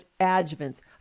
adjuvants